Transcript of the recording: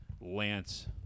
Lance